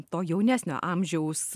to jaunesnio amžiaus